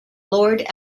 lord